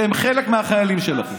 והם חלק מהחיילים שלכם.